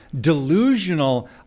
delusional